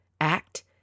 act